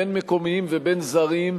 בין מקומיים ובין זרים,